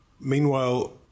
Meanwhile